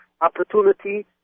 opportunity